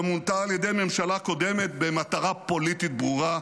שמונתה על ידי הממשלה הקודמת במטרה פוליטית ברורה,